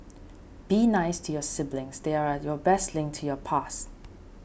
be nice to your siblings they're your best link to your past